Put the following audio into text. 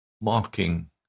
mocking